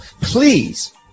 please